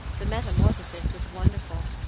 the metamorphosis was wonderful,